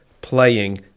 playing